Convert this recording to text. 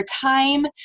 time